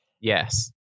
Yes